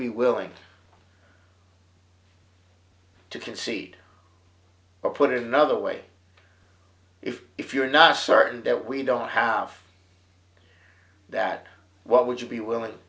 be willing to concede or put it another way if if you're not certain that we don't have that what would you be willing